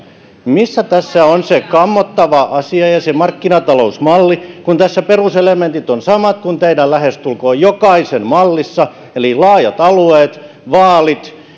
missä tässä on se kammottava asia ja ja se markkinatalousmalli kun tässä peruselementit ovat samat kuin teistä lähestulkoon jokaisen mallissa eli laajat alueet vaalit